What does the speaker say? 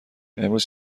امروز